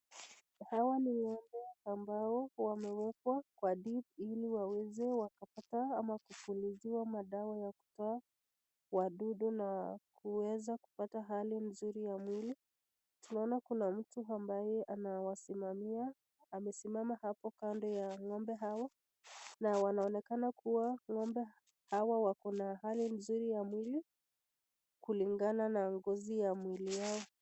Hawa ni ng'ombe ambao wamewekwa kwa dip[cs ],ili waweze wakapata ama kupuliziwa madawa ya kutoa wadudu na kuweza kupata hali mzuri ya mwili ,naona kuna mtu ambaye anawasimamia ,amesimama hapo kando ya ng'ombe hao na wanaonekana kuwa ng'ombe hao wako na hali nzuri ya mwili, kulingana na ngozi ya mwili yao.